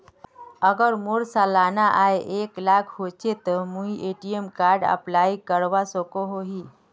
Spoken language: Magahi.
अगर मोर सालाना आय एक लाख होचे ते मुई ए.टी.एम कार्ड अप्लाई करवा सकोहो ही?